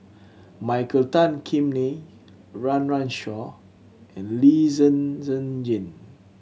Michael Tan Kim Nei Run Run Shaw and Lee Zhen Zhen Jane